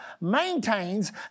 maintains